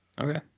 Okay